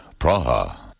Praha